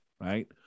right